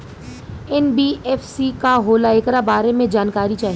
NBFC का होला ऐकरा बारे मे जानकारी चाही?